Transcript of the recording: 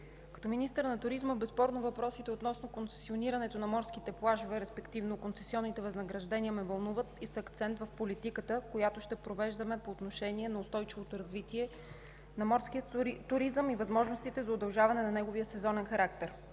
като министър на туризма безспорно въпросите относно концесионирането на морските плажове, респективно концесионните възнаграждения ме вълнуват и са акцент от политиката, която ще провеждаме по отношение на устойчивото развитие на морския туризъм и възможностите за удължаване на неговия сезонен характер.